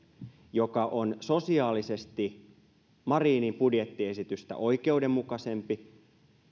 joka on sosiaalisesti marinin budjettiesitystä oikeudenmukaisempi